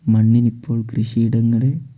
മണ്ണിനിപ്പോൾ കൃഷിയിടങ്ങളേ